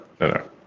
No